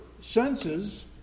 senses